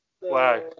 Wow